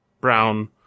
Brown